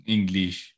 English